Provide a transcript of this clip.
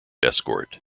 escort